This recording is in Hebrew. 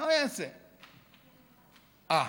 אה,